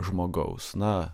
žmogaus na